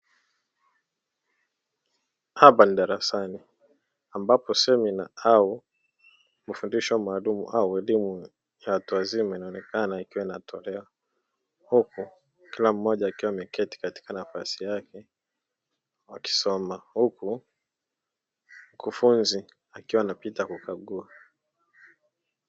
Hapa ni darasani ambapo semina au mafundisho maalumu au elimu ya watu wazima inaonekana ikiwa inatolewa, huku kila mmoja akiwa ameketi katika nafasi yake akisoma, huku mkufunzi akiwa anapita kukagua.